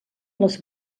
les